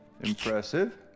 Impressive